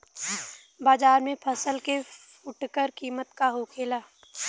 बाजार में फसल के फुटकर कीमत का होखेला?